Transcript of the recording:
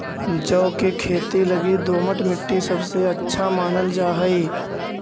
जौ के खेती लगी दोमट मट्टी सबसे अच्छा मानल जा हई